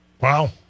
Wow